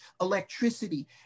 electricity